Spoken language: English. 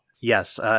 yes